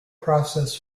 process